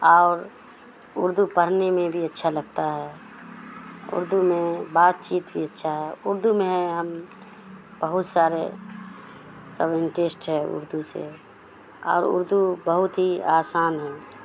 اور اردو پڑھنے میں بھی اچھا لگتا ہے اردو میں بات چیت بھی اچھا ہے اردو میں ہم بہت سارے سب انٹریسٹ ہے اردو سے اور اردو بہت ہی آسان ہے